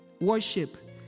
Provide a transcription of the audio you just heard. worship